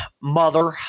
mother